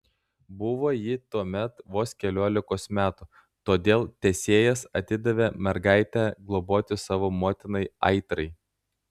buvo ji tuomet vos keliolikos metų todėl tesėjas atidavė mergaitę globoti savo motinai aitrai